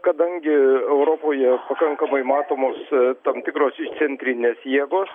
kadangi europoje pakankamai matomos tam tikros išcentrinės jėgos